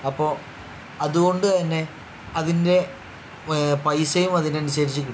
അപ്പോൾ അതുകൊണ്ട് തന്നെ അതിൻ്റെ പൈസയും അതിന് അനുസരിച്ച് കിട്ടും